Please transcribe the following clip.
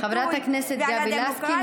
חברת הכנסת גבי לסקי,